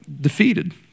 defeated